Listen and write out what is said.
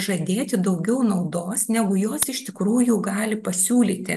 žadėti daugiau naudos negu jos iš tikrųjų gali pasiūlyti